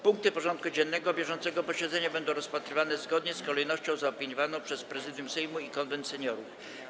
Punkty porządku dziennego bieżącego posiedzenia będą rozpatrywane zgodnie z kolejnością zaopiniowaną przez Prezydium Sejmu i Konwent Seniorów.